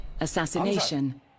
assassination